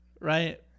right